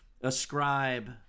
ascribe